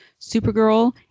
Supergirl